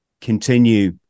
continue